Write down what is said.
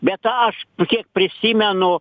bet aš kiek prisimenu